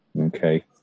Okay